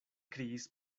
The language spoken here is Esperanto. kriis